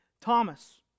Thomas